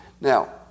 Now